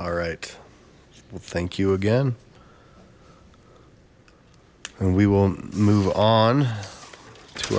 all right thank you again and we will move on to